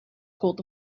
called